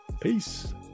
peace